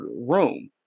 room